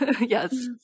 Yes